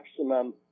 maximum